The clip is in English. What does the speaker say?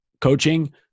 coaching